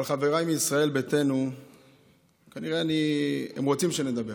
אבל חבריי מישראל ביתנו כנראה רוצים שנדבר,